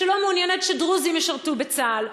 שלא מעוניינת שדרוזים ישרתו בצה"ל,